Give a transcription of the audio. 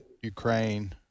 Ukraine